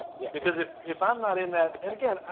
yeah because if if i'm not in that and again,